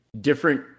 different